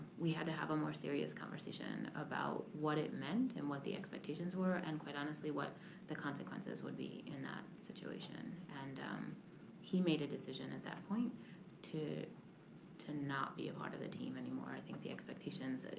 we had to have a more serious conversation about what it meant and what the expectations were. and quite honestly, what the consequences would be in that situation. and he made a decision at that point to to not be a part of the team anymore. i think the expectations,